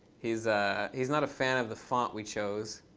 he's he's not a fan of the font we chose.